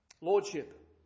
Lordship